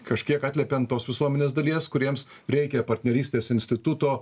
kažkiek atliepiant tos visuomenės dalies kuriems reikia partnerystės instituto